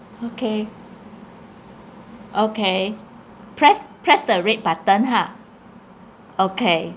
okay okay press press the red button ha